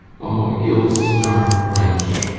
o ill-starr'd wench!